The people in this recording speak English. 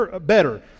better